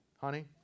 Honey